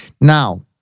Now